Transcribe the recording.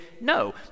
no